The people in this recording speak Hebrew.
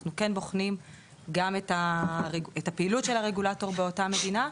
אנחנו כן בוחנים גם את הפעילות של הרגולטור באותה מדינה,